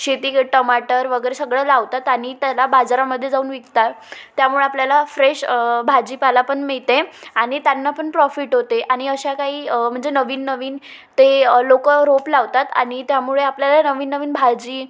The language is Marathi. शेती टमाटर वगैरे सगळं लावतात आणि त्याला बाजारामध्ये जाऊन विकतात त्यामुळे आपल्याला फ्रेश भाजीपाला पण मिळते आणि त्यांना पण प्रॉफिट होते आणि अशा काही म्हणजे नवीन नवीन ते लोक रोप लावतात आणि त्यामुळे आपल्याला नवीन नवीन भाजी